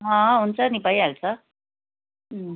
अँ हुन्छ नि भइहाल्छ